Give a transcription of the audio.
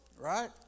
right